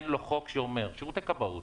אין לו חוק שאומר שירותי כבאות,